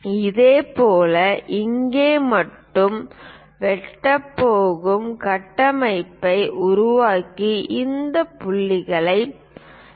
இதேபோல் இங்கே மட்டும் வெட்டப் போகும் கட்டமைப்பை உருவாக்கி இந்த புள்ளிகளில் சேரவும்